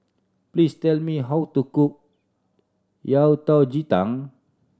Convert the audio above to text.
please tell me how to cook yao ji tang